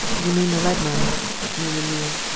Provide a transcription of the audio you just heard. you mean the lead-mines? murmured neale.